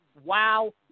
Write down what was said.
wow